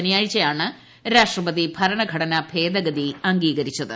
ശനിയാഴ്ചയാണ് രാഷ്ട്രപതി ഭരണഘടനാ ഭേദഗതി അംഗീകരിച്ചത്